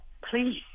please